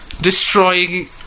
destroying